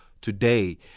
today